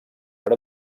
per